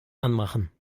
anmachen